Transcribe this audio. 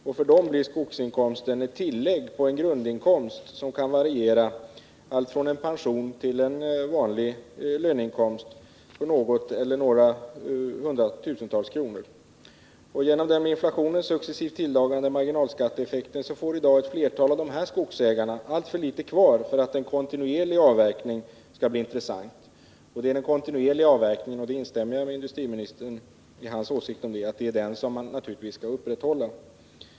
För dessa ägare blir skogsinkomsten ett tillägg till en grundinkomst som kan variera från en pension till en löneinkomst på hundratusentals kronor. Genom den med inflationen successivt tilltagande marginalskatteeffekten får i dag ett flertal av de här skogsägarna alltför litet kvar för att en kontinuerlig avverkning skall bli intressant. Och det är den kontinuerliga avverkningen — där instämmer jag i industriministerns åsikt — som naturligtvis skall upprätthållas.